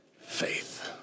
faith